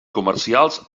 comercials